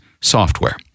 software